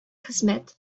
хезмәт